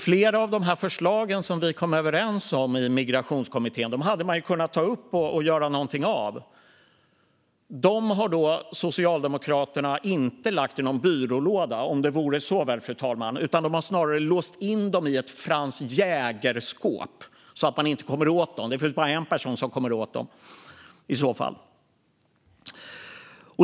Flera av de förslag som vi kom överens om i Migrationskommittén hade man kunnat ta upp och göra någonting av. Dessa har Socialdemokraterna inte lagt i någon byrålåda - om det ändå vore så väl, fru talman - utan de har snarare låst in dem i ett Franz Jäger-skåp så att man inte kommer åt dem. Det finns i så fall bara en person som kommer åt dem.